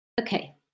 okay